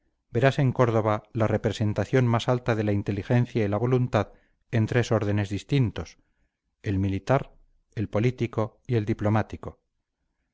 verás en córdova la representación más alta de la inteligencia y la voluntad en tres órdenes distintos el militar el político y el diplomático